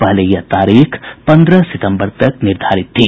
पहले यह तारीख पंद्रह सितंबर तक निर्धारित थी